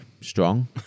strong